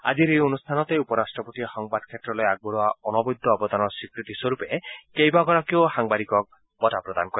আজিৰ এই অনুষ্ঠানতে উপ ৰাষ্ট্ৰপতিয়ে সংবাদ ক্ষেত্ৰলৈ আগবঢ়োৱ অনবদ্য অৱদানৰ স্বীকৃতি স্বৰূপে কেইবাগৰাকীও সাংবাদিকক বঁটা প্ৰদান কৰে